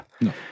No